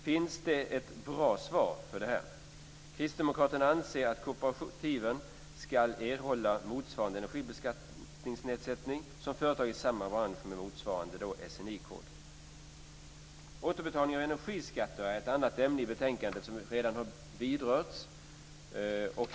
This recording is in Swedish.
Finns det ett bra svar på frågan? Kristdemokraterna anser att kooperativen ska erhålla motsvarande energibeskattningsnedsättning som företag i samma bransch med motsvarande SNI-kod. Återbetalning av energiskatter är ett annat ämne i betänkandet som redan har berörts.